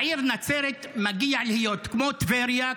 לעיר נצרת מגיע להיות כמו טבריה,